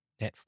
Netflix